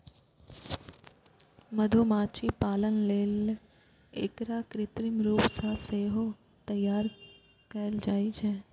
मधुमाछी पालन लेल एकरा कृत्रिम रूप सं सेहो तैयार कैल जाइ छै